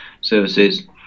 services